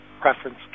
preference